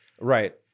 Right